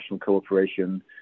cooperation